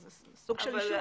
זה סוג של אישור.